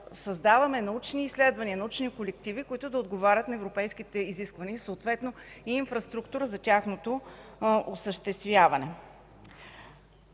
създаваме научни изследвания, колективи, които да отговарят на европейските изисквания, съответно инфраструктура за тяхното осъществяване.